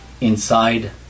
Inside